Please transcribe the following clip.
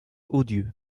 odieux